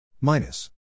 minus